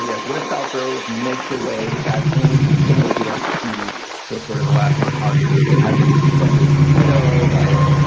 yeah gwyneth paltrow makes her way back home. some of this we don't see. so sort of the last montage of movies that have gone to a casino like,